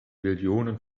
millionen